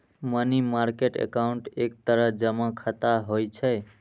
money market account एक तरह जमा खाता होइ छै